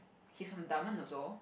he is from dunman also